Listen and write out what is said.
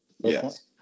Yes